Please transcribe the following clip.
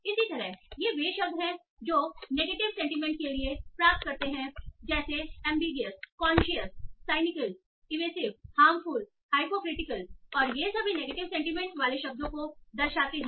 इसी तरह ये वे शब्द हैं जो वे नेगेटिव सेंटीमेंट के लिए प्राप्त करते हैं जैसे ambiguous cautious cynical evasive harmful hypocritical और ये सभी नेगेटिव सेंटीमेंट वाले शब्दों को दर्शाते हैं